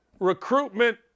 recruitment